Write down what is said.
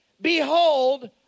Behold